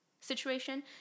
situation